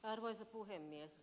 arvoisa puhemies